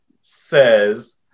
says